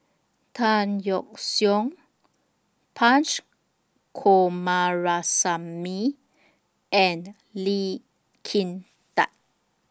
Tan Yeok Seong Punch Coomaraswamy and Lee Kin Tat